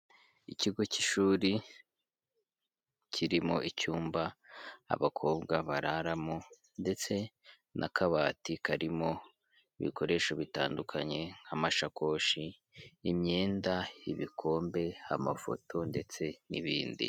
Ikigo cy'ishuri kirimo icyumba abakobwa bararamo ndetse n'akabati karimo ibikoresho bitandukanye nk'amashakoshi, imyenda, ibikombe amafoto ndetse n'ibindi.